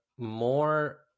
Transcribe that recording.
more